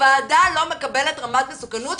הוועדה לא מקבלת רמת מסוכנות,